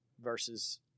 versus